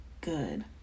good